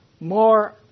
more